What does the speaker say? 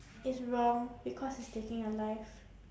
it's wrong because it's taking a life